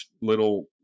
little